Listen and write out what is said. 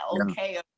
okay